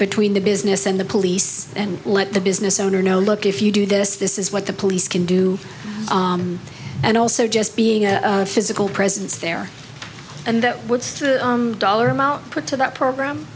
between the business and the police and let the business owner know look if you do this this is what the police can do and also just being a physical presence there and that what's the dollar amount put to that program